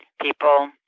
people